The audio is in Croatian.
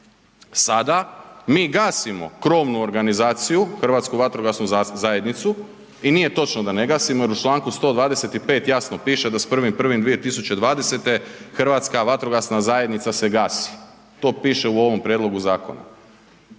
sada mi gasimo krovnu organizaciju Hrvatsku vatrogasnu zajednicu i nije točno da ne gasimo jer u čl. 125. jasno piše da s 1.1.2020. Hrvatska vatrogasna zajednica se gasi, to piše u ovom prijedlogu zakona,